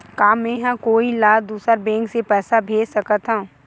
का मेंहा कोई ला दूसर बैंक से पैसा भेज सकथव?